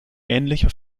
ähnliche